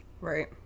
Right